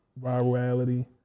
virality